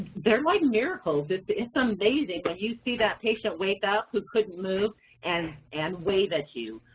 they're like miracles, it's it's amazing when you see that patient wake up who couldn't move and and wave at you.